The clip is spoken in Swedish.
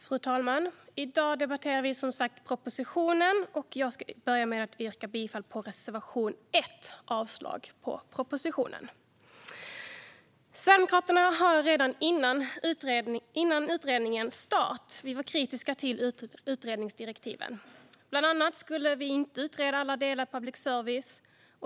Fru talman! I dag debatterar vi propositionen, och jag ska börja med att yrka bifall till reservation 1 om avslag på propositionen. Redan före utredningens start var Sverigedemokraterna kritiska till utredningsdirektiven. Bland annat skulle vi inte utreda alla delar av public service.